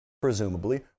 presumably